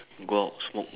go out smoke